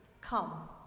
come